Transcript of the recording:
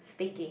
speaking